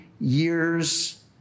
years